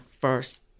first